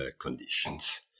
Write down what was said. conditions